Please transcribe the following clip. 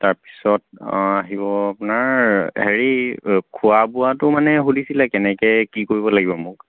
তাৰ পিছত আহিব আপোনাৰ হেৰি খোৱা বোৱাটো মানে সুধিছিলে কেনেকৈ কি কৰিব লাগিব মোক